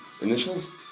Initials